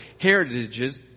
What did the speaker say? heritages